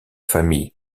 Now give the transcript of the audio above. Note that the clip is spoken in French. famille